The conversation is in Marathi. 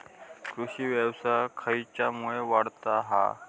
कृषीव्यवसाय खेच्यामुळे वाढता हा?